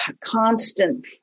constant